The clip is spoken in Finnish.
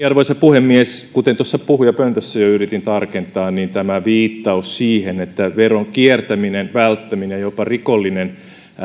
arvoisa puhemies kuten tuossa puhujapöntössä jo jo yritin tarkentaa tämä viittaus veron kiertämiseen välttämiseen jopa rikollinen